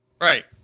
Right